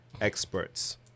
Experts